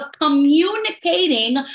communicating